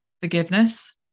forgiveness